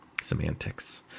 semantics